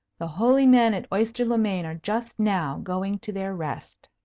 the holy men at oyster-le-main are just now going to their rest.